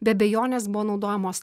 be abejonės buvo naudojamos